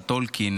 על טולקין,